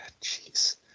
jeez